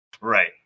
Right